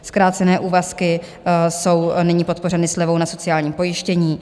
Zkrácené úvazky jsou nyní podpořeny slevou na sociálním pojištění.